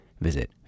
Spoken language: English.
visit